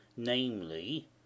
namely